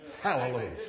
Hallelujah